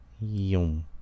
Yum